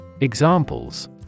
Examples